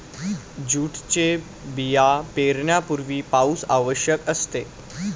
जूटचे बिया पेरण्यापूर्वी पाऊस आवश्यक असते